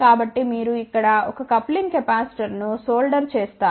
కాబట్టి మీరు ఇక్కడ ఒక కప్లింగ్ కెపాసిటర్ ను సోల్డర్ చేస్తారు